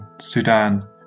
Sudan